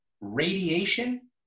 radiation